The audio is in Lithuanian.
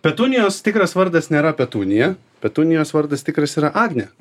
petunijos tikras vardas nėra petunija petunijos vardas tikras yra agnė